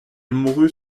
mourut